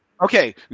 Okay